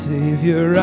Savior